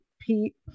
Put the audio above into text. Pete